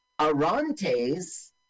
Arantes